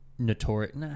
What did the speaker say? notorious